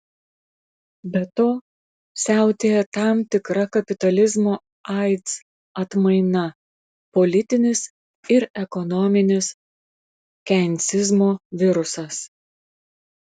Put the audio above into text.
be to siautėja tam tikra kapitalizmo aids atmaina politinis ir ekonominis keinsizmo virusas